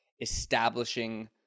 establishing